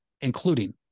including